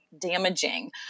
damaging